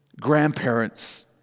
Grandparents